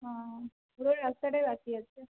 হ্যাঁ পুরো রাস্তাটাই বাকি আছে